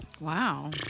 Wow